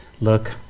look